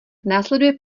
následuje